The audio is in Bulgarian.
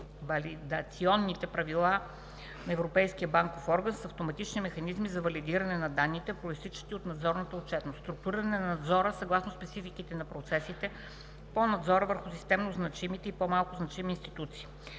валидационните правила на Европейския банков орган с автоматични механизми за валидиране на данните, произтичащи от надзорната отчетност; - структуриране на надзора съгласно спецификите на процесите по надзор върху системно значимите и по-малко значимите институции.